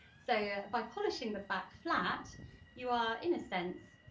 so by polishing the back flat you are, in a sense,